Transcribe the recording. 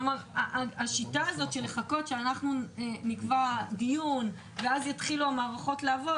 השיטה הזאת לחכות שאנחנו נקבע דיון ואז יתחילו המערכות לעבוד,